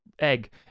egg